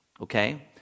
Okay